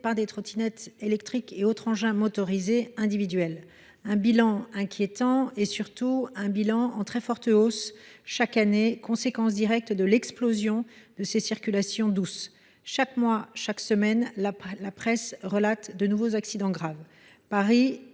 par des trottinettes électriques et autres engins motorisés individuels. Ce bilan, déjà inquiétant, est de plus en très forte hausse chaque année, conséquence directe de l’explosion de ces circulations douces. Chaque mois, chaque semaine, la presse relate de nouveaux accidents graves.